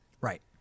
Right